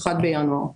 1 בינואר.